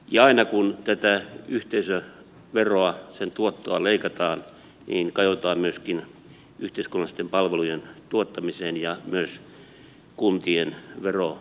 ja aina kun tätä yhteisöveroa sen tuottoa leikataan kajotaan myöskin yhteiskunnallisten palvelujen tuottamiseen ja kuntien verotuottoihin